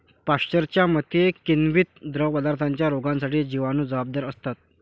पाश्चरच्या मते, किण्वित द्रवपदार्थांच्या रोगांसाठी जिवाणू जबाबदार असतात